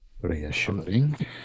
Reassuring